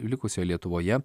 likusioje lietuvoje